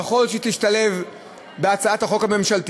יכול להיות שהיא תשתלב בהצעת החוק הממשלתית.